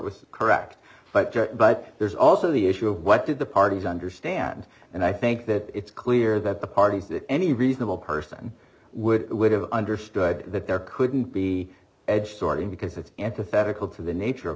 was correct but there's also the issue of what did the parties understand and i think that it's clear that the parties that any reasonable person would would have understood that there couldn't be edge sorting because it's antithetical to the nature of